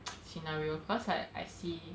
scenario cause like I see